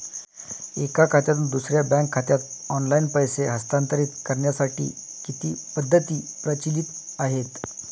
एका खात्यातून दुसऱ्या बँक खात्यात ऑनलाइन पैसे हस्तांतरित करण्यासाठी किती पद्धती प्रचलित आहेत?